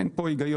אין פה היגיון.